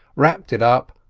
wrapped it up,